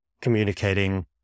communicating